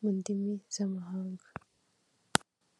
mu I ndimi z'amahanga.